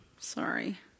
sorry